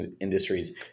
industries